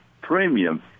Premium